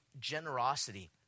generosity